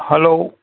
hello